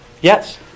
yes